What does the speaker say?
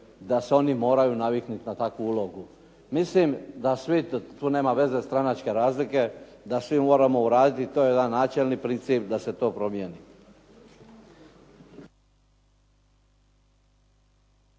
da se oni moraju naviknuti na takvu ulogu. Mislim da svi, tu nema veze stranačke razlike, da svi moramo uraditi, to je jedan načelni princip da se to promijeni.